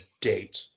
date